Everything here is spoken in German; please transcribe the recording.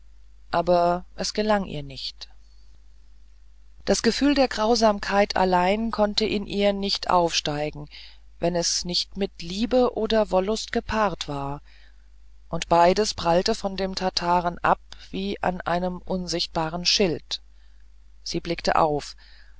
aber es gelang ihr nicht das gefühl der grausamkeit allein konnte in ihr nicht aufsteigen wenn es nicht mit liebe oder wollust gepaart war und beides prallte von dem tataren ab wie an einem unsichtbaren schild sie blickte auf